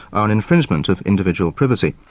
are an infringement of individual privacy.